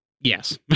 Yes